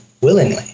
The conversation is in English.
willingly